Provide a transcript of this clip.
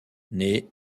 naît